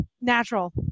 natural